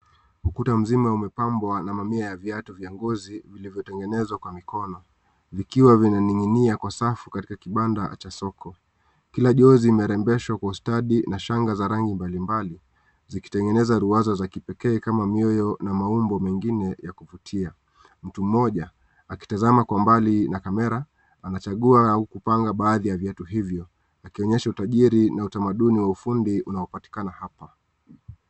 Hukutamzima umepabwa na mia ya viatu ya ngozi iliyo tegenenzwa kwa mkono . Ikiwa inaninginia kwa safu kwenye kibanda cha soko . Kila jozi imerembeshwa kwa ustadi na shanga A rangi mbalimbali zikitengeneza ruwaza za kipekee kama mioyo na maumbo mingine za kuvutia . Mtu mmoja akitazama kwa mbali na kamera anachagua kupanga baadhi ya viatu hizo akionyesha utajiri na ufundi wa kitamaduni inayopatikana hapa.